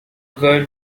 girl